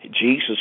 Jesus